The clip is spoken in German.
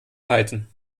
python